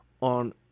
on